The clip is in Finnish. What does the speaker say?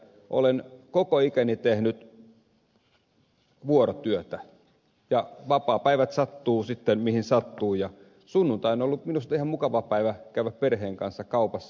olen koko ikäni tehnyt vuorotyötä ja vapaapäivät sattuvat sitten mihin sattuvat ja sunnuntai on ollut minusta ihan mukava päivä käydä perheen kanssa kaupassa